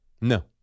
No